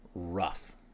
rough